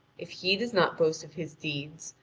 if he does not boast of his deeds,